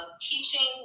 teaching